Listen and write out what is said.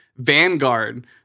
vanguard